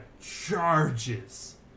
charges